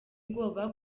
ubwoba